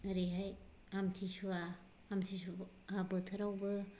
ओरैहाय आमथि सुवा आमथि सुवा बोथोरावबो